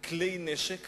כלי נשק